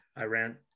Iran